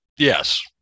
Yes